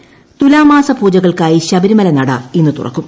ശബരിമല തുലാമാസ പൂജകൾക്കായി ശബരിമല നട ഇന്ന് തുറക്കും